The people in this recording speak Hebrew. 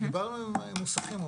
דיברנו עם מוסכים,